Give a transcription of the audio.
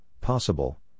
possible